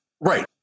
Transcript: Right